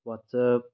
WhatsApp